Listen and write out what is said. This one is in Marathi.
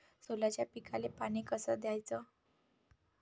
सोल्याच्या पिकाले पानी कस द्याचं?